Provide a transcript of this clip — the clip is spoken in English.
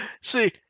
See